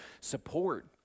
support